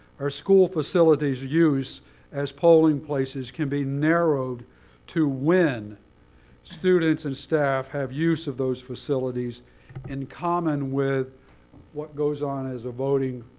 our school facilities' use as polling places can be narrowed to when students and staff have use of those facilities in common with what goes on as a voting